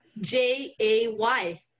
J-A-Y